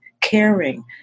caring